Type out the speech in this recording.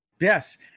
Yes